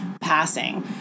passing